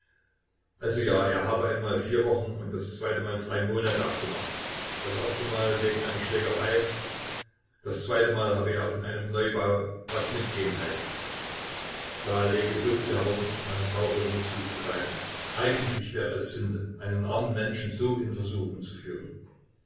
also ja er habe einmal vier wochen und das zweite mal drei monate abgemacht das erste mal wegen einer schlägerei das zweite mal habe er von einem neubau was mitgehen heißen da läge soviel herum man brauche nur zuzugreifen eigentlich wäre es sünde einen armen menschen so in versuchung zu führen